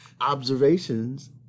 observations